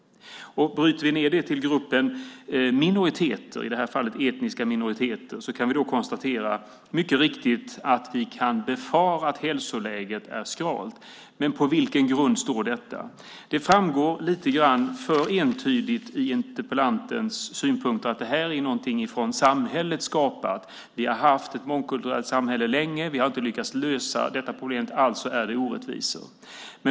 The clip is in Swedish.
Om vi bryter ned det till gruppen minoriteter, i detta fall etniska minoriteter, kan vi mycket riktigt konstatera att vi kan befara att hälsoläget är skralt. Men på vilken grund står detta? Det framgår lite för entydigt i interpellantens synpunkter att det här är någonting av samhället skapat: Vi har haft ett mångkulturellt samhälle länge, och vi har inte lyckats lösa detta problem - alltså är det orättvisor.